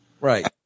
right